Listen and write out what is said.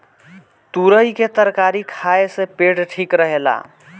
तुरई के तरकारी खाए से पेट ठीक रहेला